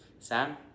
Sam